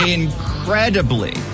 incredibly